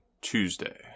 tuesday